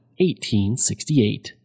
1868